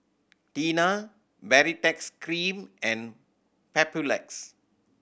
Tena Baritex Cream and Papulex